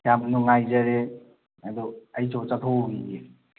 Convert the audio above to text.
ꯌꯥꯝꯅ ꯅꯨꯡꯉꯥꯏꯖꯔꯦ ꯑꯗꯣ ꯑꯩꯁꯨ ꯆꯠꯊꯣꯛꯎꯈꯤꯒꯦ